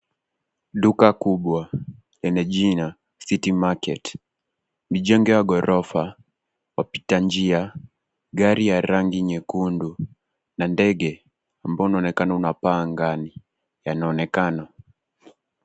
Duka kubwa lenye jina City Market, mijengo ya ghorofa, wapita njia, gari ya rangi nyekundu na ndege ambao unaonekana unapaa anagani yanaonekana.